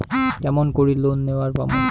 কেমন করি লোন নেওয়ার পামু?